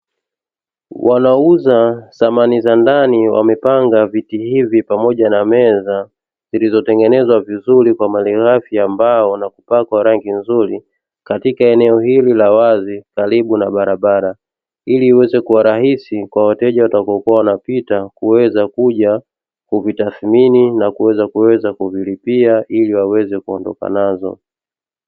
Wanaouza samani za ndani wamepanga viti hivi pamoja na meza, zilizotengenezwa vizuri kwa malighafi ya mbao na kupakwa rangi nzuri, katika eneo hili la wazi karibu na barabara ili iweze kuwa rahisi kwa wateja wataokuwa wanapita kuweza kuja kuvitathmini na kuweza kuvilipia ili waweze kuondoka nazo.